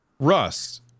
Russ